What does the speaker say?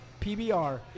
PBR